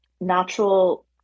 natural